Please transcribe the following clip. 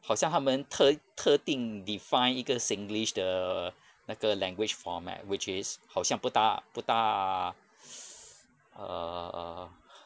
好像他们特特定 define 一个 singlish 的那个 language format which is 好像不大不大 err